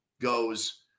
goes –